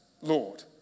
Lord